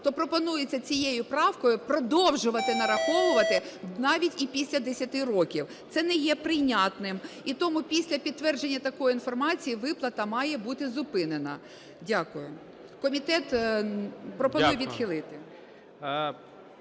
То пропонується цією правкою продовжувати нараховувати навіть і після 10 років. Це не є прийнятним. І тому після підтвердження такої інформації виплата має бути зупинена. Дякую. Комітет пропонує відхилити.